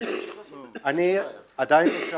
אני עדיין לא שם.